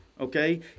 okay